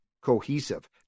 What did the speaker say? Cohesive